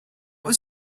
was